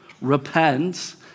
repent